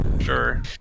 Sure